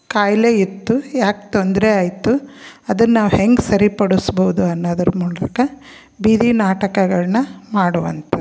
ಖಾಯಿಲೆ ಇತ್ತು ಯಾಕೆ ತೊಂದರೆ ಆಯಿತು ಅದನ್ನ ನಾವು ಹೆಂಗೆ ಸರಿಪಡಿಸ್ಬೌದು ಅನ್ನೋದ್ರ ಮೂಲಕ ಬೀದಿ ನಾಟಕಗಳನ್ನ ಮಾಡುವಂಥದ್ದು